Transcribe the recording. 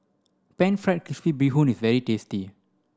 pan fried crispy bee hoon is very tasty